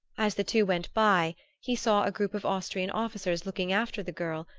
as the two went by he saw a group of austrian officers looking after the girl,